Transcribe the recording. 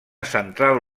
central